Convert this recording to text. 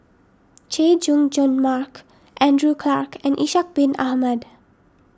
Chay Jung Jun Mark Andrew Clarke and Ishak Bin Ahmad